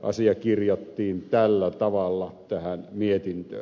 asia kirjattiin tällä tavalla tähän mietintöön